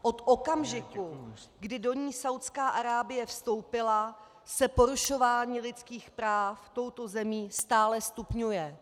Od okamžiku, kdy do ní Saúdská Arábie vstoupila, se porušování lidských práv touto zemí stále stupňuje.